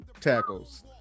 tackles